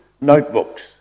notebooks